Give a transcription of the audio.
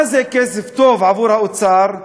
מה זה כסף טוב עבור האוצר?